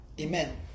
Amen